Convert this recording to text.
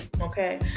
okay